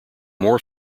more